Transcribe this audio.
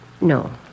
No